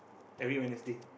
every Wednesday